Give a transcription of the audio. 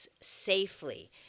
safely